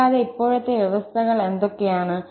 കൂടാതെ ഇപ്പോഴത്തെ വ്യവസ്ഥകൾ എന്തൊക്കെയാണ്